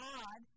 God